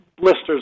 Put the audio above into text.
blisters